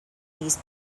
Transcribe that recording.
these